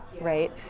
right